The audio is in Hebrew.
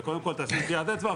אתה קודם כל תיתן טביעת אצבע,